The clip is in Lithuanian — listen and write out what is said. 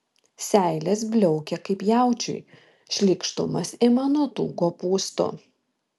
seilės bliaukia kaip jaučiui šleikštumas ima nuo tų kopūstų